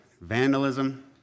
vandalism